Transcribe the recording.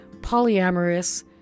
polyamorous